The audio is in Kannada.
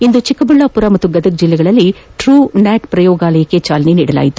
ಇಂದು ಚೆಕ್ಕಬಳ್ಳಾಪುರ ಮತ್ತು ಗದಗ ಜಿಲ್ಲೆಯಲ್ಲಿ ಟ್ರೂ ನ್ಯಾಟ್ ಪ್ರಯೋಗಾಲಯಕ್ಕೆ ಚಾಲನೆ ನೀಡಲಾಗಿದೆ